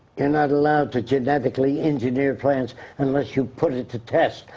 and not allowed to genetically engineer plants unless you put it to test,